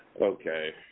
Okay